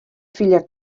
filla